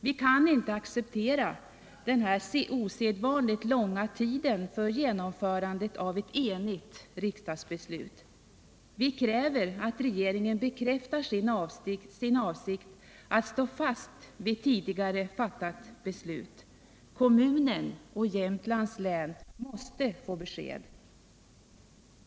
Vi kan inte acceptera denna osedvanligt långa tid för genomförandet av ett enhälligt riksdagsbeslut. Vi kräver att regeringen bekräftar sin avsikt att stå fast vid tidigare fattat beslut. Kommunen och Jämtlands län måste få besked.